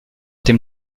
dem